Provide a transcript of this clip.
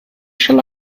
shall